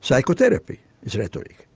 psychotherapy is rhetoric.